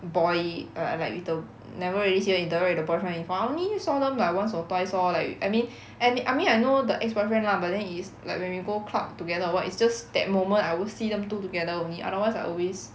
boy like like with the never really see her interact with the boyfriend before I only saw them like once or twice lor I mean and I mean I know the ex-boyfriend lah but then is like when we go club together or what is just that moment I always see them two together only otherwise I always